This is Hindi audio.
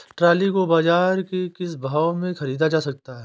ट्रॉली को बाजार से किस भाव में ख़रीदा जा सकता है?